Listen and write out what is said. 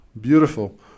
beautiful